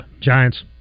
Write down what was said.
Giants